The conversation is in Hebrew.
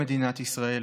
במדינת ישראל.